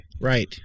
Right